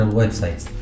websites